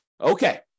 Okay